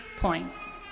points